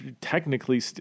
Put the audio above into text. technically